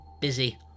busy